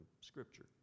scripture